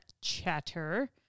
chatter